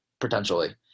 potentially